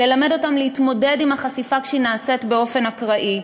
ללמד אותם להתמודד עם החשיפה כשהיא נעשית באופן אקראי,